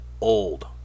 Old